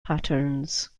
patterns